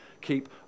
keep